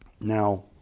Now